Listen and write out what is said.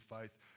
faith